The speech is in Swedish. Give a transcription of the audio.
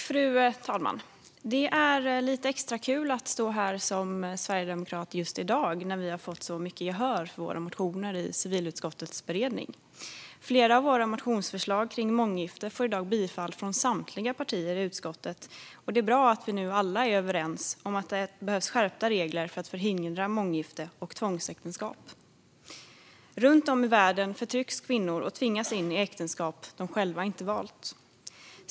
Fru talman! Det är lite extra kul att stå här som sverigedemokrat just i dag, när vi har fått så mycket gehör för våra motioner i civilutskottets beredning. Flera av våra motionsförslag kring månggifte får i dag bifall från samtliga partier i utskottet. Det är bra att vi nu alla är överens om att det behövs skärpta regler för att förhindra månggifte och tvångsäktenskap. Runt om i världen förtrycks kvinnor och tvingas in i äktenskap som de själva inte valt.